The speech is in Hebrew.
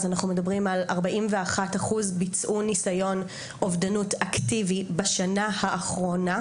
אז אנחנו מדברים על 41% ביצעו ניסיון אובדנות אקטיבי בשנה האחרונה,